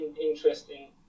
interesting